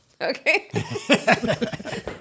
Okay